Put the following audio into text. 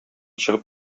чыгып